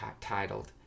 titled